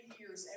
years